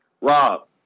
Rob